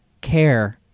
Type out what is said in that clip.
care